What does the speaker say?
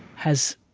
has